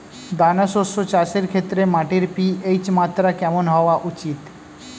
দানা শস্য চাষের ক্ষেত্রে মাটির পি.এইচ মাত্রা কেমন হওয়া উচিৎ?